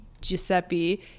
Giuseppe